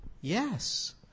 Yes